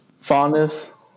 fondness